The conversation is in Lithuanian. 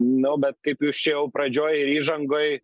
nu bet kaip jūs čia jau pradžioj ir įžangoj